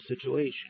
situation